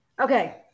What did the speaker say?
Okay